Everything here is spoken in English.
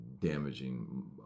damaging